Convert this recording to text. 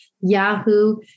Yahoo